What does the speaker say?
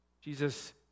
Jesus